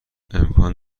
امکان